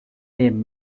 name